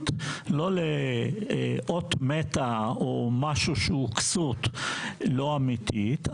לא לאות מתה או למשהו שהוא כסות לא אמיתית,